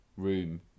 Room